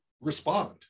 respond